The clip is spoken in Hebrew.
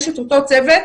יש את אותו צוות.